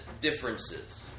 differences